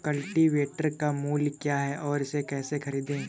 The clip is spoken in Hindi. कल्टीवेटर का मूल्य क्या है और इसे कैसे खरीदें?